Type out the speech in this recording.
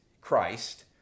Christ